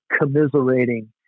commiserating